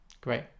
great